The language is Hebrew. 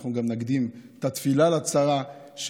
אנחנו גם נקדים את התפילה לצרה,